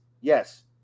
Yes